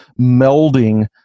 melding